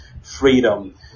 freedom